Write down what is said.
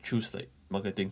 choose like marketing